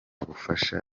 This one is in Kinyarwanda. bufasha